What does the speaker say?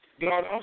God